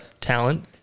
talent